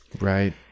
Right